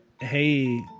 hey